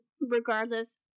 Regardless